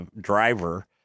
driver